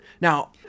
Now